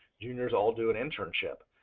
juniors all do an internship.